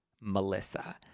Melissa